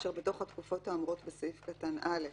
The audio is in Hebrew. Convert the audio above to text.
אשר בתוך התקופות האמורות בסעיף קטן (א)